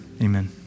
amen